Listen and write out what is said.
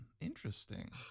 Interesting